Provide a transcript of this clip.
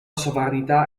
sovranità